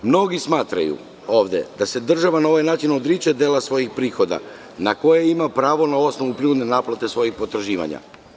Mnogi smatraju ovde da se država na ovaj način odriče dela svojih prihoda na koje ima prava na osnovu prinudne naplate svojih potraživanja.